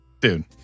Dude